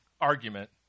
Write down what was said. argument